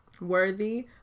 worthy